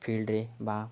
ଫିଲ୍ଡରେ ବା